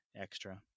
extra